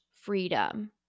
freedom